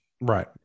right